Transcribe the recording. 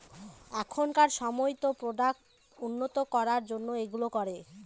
এখনকার সময়তো প্রোডাক্ট উন্নত করার জন্য এইগুলো করে